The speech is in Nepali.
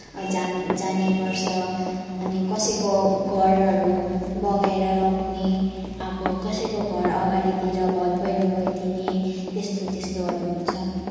जाने जाने गर्छ अनि कसैको घरहरू बगाएर लग्ने अब कसैको घर अगाडितिर भल पहिरो गइदिने त्यस्तो त्यस्तोहरू हुन्छ